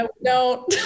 No